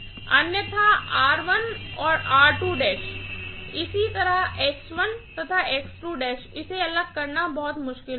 अन्यथा और इसी तरह तथा इसे अलग करना बहुत मुश्किल होगा